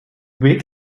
blick